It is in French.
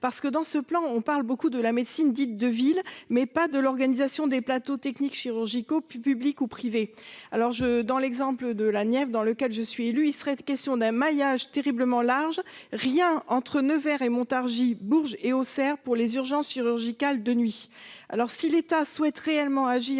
effet, dans ce plan, on parle beaucoup de la médecine dite « de ville », mais pas de l'organisation des plateaux techniques chirurgicaux, publics ou privés. Dans le département de la Nièvre, dont je suis élue, il serait question d'un maillage terriblement large : rien entre Nevers et Montargis ou entre Bourges et Auxerre pour les urgences chirurgicales de nuit